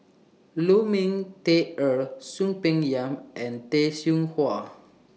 Lu Ming Teh Earl Soon Peng Yam and Tay Seow Huah